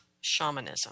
shamanism